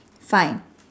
fine